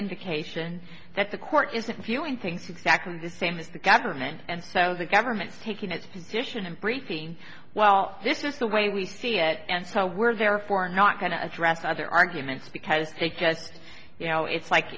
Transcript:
indication that the court isn't viewing things exactly the same as the government and so the government's taking its position and briefing well this is the way we see it and so we're there for not going to address other arguments because take just you know it's like